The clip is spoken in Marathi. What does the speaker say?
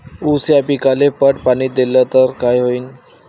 ऊस या पिकाले पट पाणी देल्ल तर काय होईन?